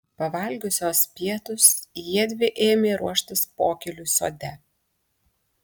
pavalgiusios pietus jiedvi ėmė ruoštis pokyliui sode